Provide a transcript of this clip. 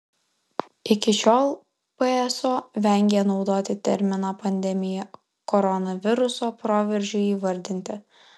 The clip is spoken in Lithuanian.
iki šiol pso vengė naudoti terminą pandemija koronaviruso proveržiui įvardinti